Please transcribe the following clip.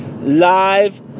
Live